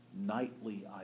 nightly